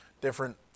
different